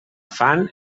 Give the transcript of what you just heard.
fan